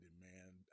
man